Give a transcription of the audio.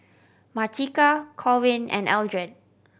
Martika Corwin and Eldred